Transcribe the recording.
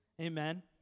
Amen